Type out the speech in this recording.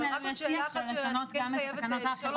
אבל רק עוד שאלה אחת שאני חייבת לשאול אותה.